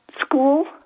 school